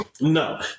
No